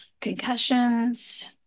concussions